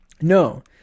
No